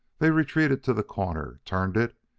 they retreated to the corner, turned it,